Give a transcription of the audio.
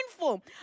mindful